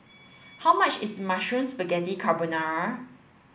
how much is Mushroom Spaghetti Carbonara